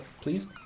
please